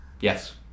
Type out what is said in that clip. Yes